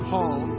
Paul